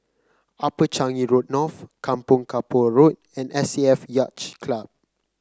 Upper Changi Road North Kampong Kapor Road and S A F Yacht Club